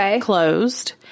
closed